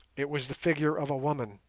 it was the figure of a woman,